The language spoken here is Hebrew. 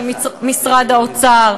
של משרד האוצר,